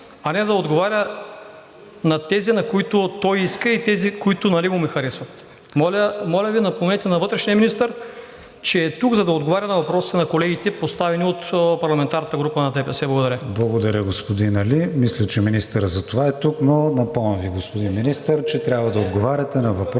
а не да отговаря на тези, на които той иска, и тези, които на него му харесват. Моля, напомнете на вътрешния министър, че е тук да отговаря на въпроси на колегите, поставени от парламентарната група на ДПС. Благодаря. ПРЕДСЕДАТЕЛ КРИСТИАН ВИГЕНИН: Благодаря, господин Али. Мисля, че министърът затова е тук, но напомням Ви, господин Министър, че трябва да отговаряте на въпросите.